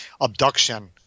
abduction